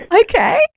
Okay